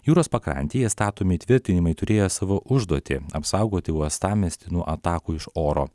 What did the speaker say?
jūros pakrantėje statomi įtvirtinimai turėjo savo užduotį apsaugoti uostamiestį nuo atakų iš oro